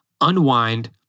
unwind